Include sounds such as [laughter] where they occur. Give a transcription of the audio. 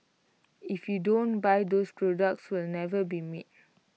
if you don't buy those products will never be [unintelligible]